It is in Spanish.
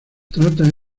trata